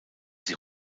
sie